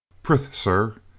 prithee, sir,